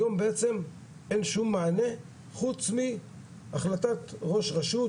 היום בעצם אין שום מענה חוץ מהחלטת ראש רשות,